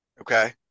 Okay